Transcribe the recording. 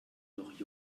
noch